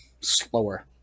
slower